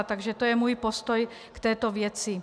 Takže to je můj postoj k této věci.